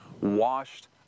washed